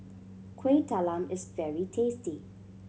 Kueh Talam is very tasty